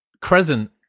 Crescent